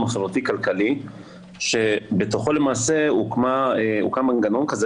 החברתי-כלכלי שבתוכו למעשה הוקם מנגנון כזה,